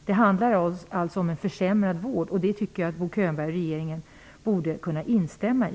Det handlar ju om en försämrad vård, och det tycker jag att Bo Könberg och regeringen borde kunna instämma i.